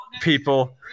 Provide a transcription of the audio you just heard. people